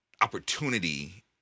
opportunity